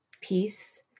Peace